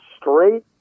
straight